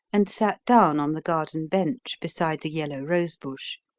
and sat down on the garden bench beside the yellow rose-bush.